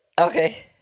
Okay